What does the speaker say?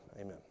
Amen